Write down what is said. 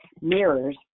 mirrors